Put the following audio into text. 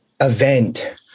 event